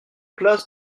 place